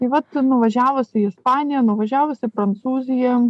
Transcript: vat nuvažiavus į ispaniją nuvažiavus į prancūziją